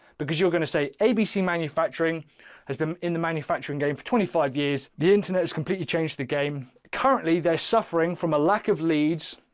because you're going to say abc manufacturing has been in the manufacturing game for twenty five years, the internet has completely changed the game. currently, they're suffering from a lack of leads.